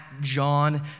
John